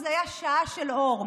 זה היה אפילו "שעה של אור",